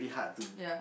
yeah